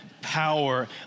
power